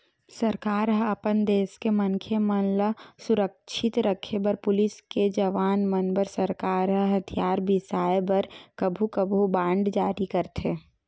सरकार ह अपन देस के मनखे मन ल सुरक्छित रखे बर पुलिस के जवान मन बर सरकार ह हथियार बिसाय बर कभू कभू बांड जारी करथे